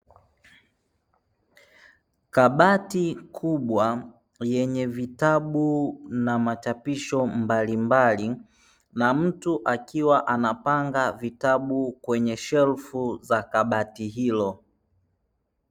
Kabati kubwa lenye vitabu na machapisho mbalimbali na mtu akiwa anapanga vitabu kwenye shelfu za kabati hilo.